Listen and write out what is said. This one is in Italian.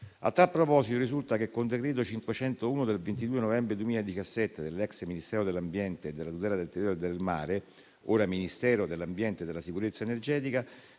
A tal proposito risulta che, con il decreto n. 501 del 22 novembre 2017, dell'ex Ministero dell'ambiente e della tutela del territorio e del mare, ora Ministero dell'ambiente e della sicurezza energetica